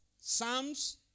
Psalms